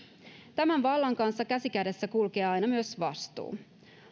tämän vallan kanssa käsi kädessä kulkee aina myös vastuu